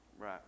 Right